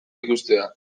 ikustea